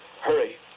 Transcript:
Hurry